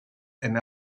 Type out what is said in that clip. and